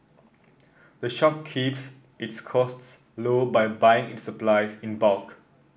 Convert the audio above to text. the shop keeps its costs low by buying its supplies in bulk